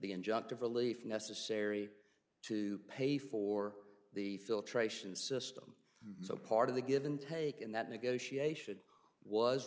the injunctive relief necessary to pay for the filtration system so part of the give and take in that negotiation was